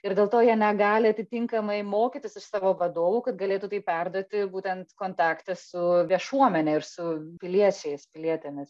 ir dėl to jie negali atitinkamai mokytis iš savo vadovų kad galėtų tai perduoti būtent kontakte su viešuomene ir su piliečiais pilietėmis